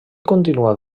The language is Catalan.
continua